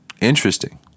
interesting